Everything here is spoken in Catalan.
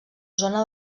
zona